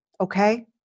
Okay